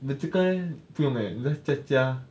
了这个 leh 不用 leh 了在家